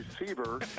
receiver